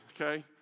okay